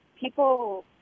people